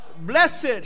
Blessed